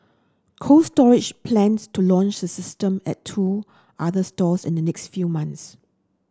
Cold Storage plans to launch the system at two other stores in the next few months